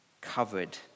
covered